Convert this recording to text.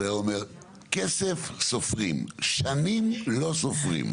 אז היה אומר כסף סופרים שנים לא סופרים,